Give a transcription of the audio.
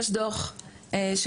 יש דו"ח שיצא,